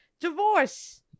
Divorce